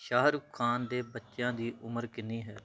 ਸ਼ਾਹਰੁਖ ਖਾਨ ਦੇ ਬੱਚਿਆਂ ਦੀ ਉਮਰ ਕਿੰਨੀ ਹੈ